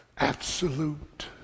absolute